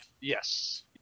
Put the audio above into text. Yes